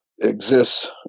exists